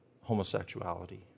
homosexuality